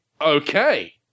Okay